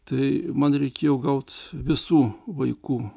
tai man reikėjo gauti visų vaikų